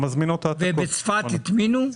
והן מזמינות --- בצפת הטמינו?